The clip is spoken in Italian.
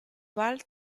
val